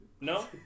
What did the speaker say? No